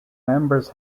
members